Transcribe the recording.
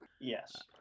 yes